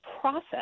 process